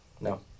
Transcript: no